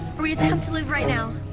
or we attempt to live right now.